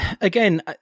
again